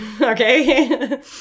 okay